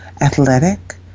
athletic